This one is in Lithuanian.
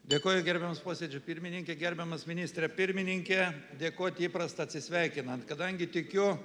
dėkoju gerbiamas posėdžio pirmininke gerbiamas ministre pirmininke dėkoti įprasta atsisveikinant kadangi tikiu